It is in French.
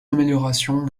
améliorations